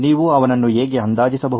ನೀವು ಅವನ್ನು ಹೇಗೆ ಅಂದಾಜಿಸಬಹುದು